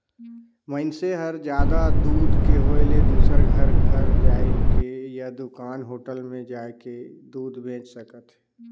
मइनसे घर जादा दूद के होय ले दूसर घर घर जायके या दूकान, होटल म जाके दूद बेंच सकथे